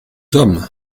sommes